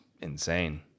insane